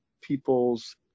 people's